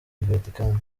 vatican